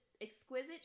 exquisite